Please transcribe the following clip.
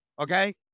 okay